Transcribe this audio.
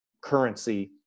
currency